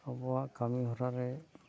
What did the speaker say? ᱟᱵᱚᱣᱟᱜ ᱠᱟᱹᱢᱤ ᱦᱚᱨᱟᱨᱮ